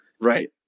Right